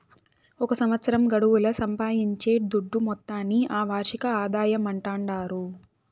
ఒక సంవత్సరం గడువుల సంపాయించే దుడ్డు మొత్తాన్ని ఆ వార్షిక ఆదాయమంటాండారు